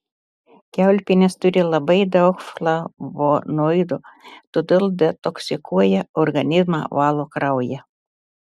kiaulpienės turi labai daug flavonoidų todėl detoksikuoja organizmą valo kraują